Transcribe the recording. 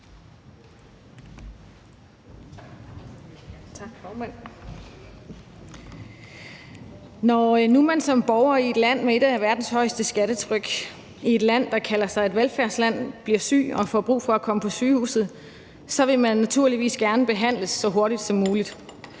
Når nu man som borger i et land med et af verdens højeste skattetryk, i et land, der kalder sig et velfærdsland, bliver syg og får brug for at komme på sygehuset, vil man naturligvis gerne behandles så hurtigt som muligt.